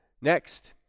Next